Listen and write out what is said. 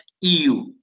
EU